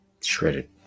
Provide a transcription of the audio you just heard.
Shredded